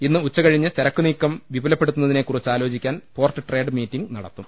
ഇന്ന് ഉച്ചകഴിഞ്ഞ് ചരക്കുനീക്കം വിപുലപ്പെടു ത്തുന്നതിനെ കുറിച്ച് ആലോചിക്കാൻ പോർട്ട് ട്രേഡ് മീറ്റിംഗ് നടത്തും